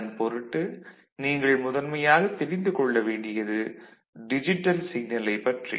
அதன் பொருட்டு நீங்கள் முதன்மையாக தெரிந்து கொள்ள வேண்டியது டிஜிட்டல் சிக்னலைப் பற்றி